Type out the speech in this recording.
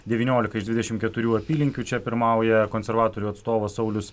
devyniolika iš dvidešimt keturių apylinkių čia pirmauja konservatorių atstovas saulius